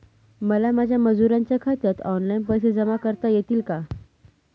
मला माझ्या मजुरांच्या खात्यात ऑनलाइन पैसे जमा करता येतील का?